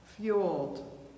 fueled